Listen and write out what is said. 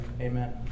amen